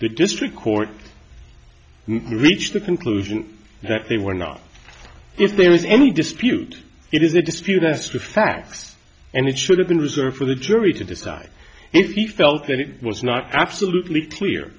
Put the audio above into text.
the district court we reached the conclusion that they were not if there is any dispute it is a dispute as to facts and it should have been reserved for the jury to decide if he felt that it was not absolutely clear